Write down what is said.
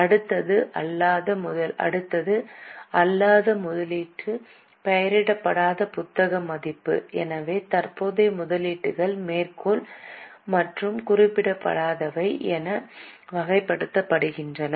அடுத்தது அல்லாத முதலீட்டு பெயரிடப்படாத புத்தக மதிப்பு எனவே தற்போதைய முதலீடுகள் மேற்கோள் மற்றும் குறிப்பிடப்படாதவை என வகைப்படுத்தப்படுகின்றன